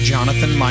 Jonathan